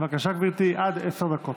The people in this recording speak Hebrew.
בבקשה, גברתי, עד עשר דקות.